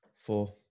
Four